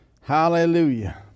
Hallelujah